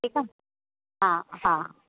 ठीकु आहे हा हा